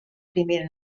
primera